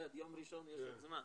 עד יום ראשון יש עוד זמן.